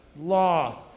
law